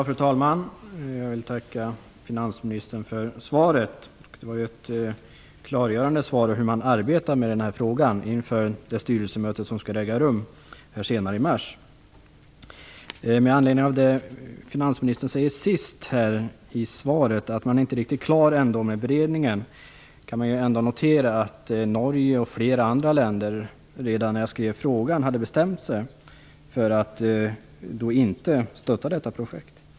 Fru talman! Jag vill tacka finansministern för svaret. Det var ett klargörande svar som visar hur man arbetar med den här frågan inför det styrelsemöte som skall äga rum senare i mars. Med anledning av det finansministern säger sist i svaret, att man inte är riktigt klar med beredningen, kan man notera att Norge och flera andra länder redan när jag skrev frågan hade bestämt sig för att inte stötta detta projekt.